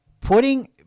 Putting